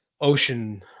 Ocean